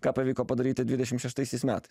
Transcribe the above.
ką pavyko padaryti dvidešim šeštaisiais metais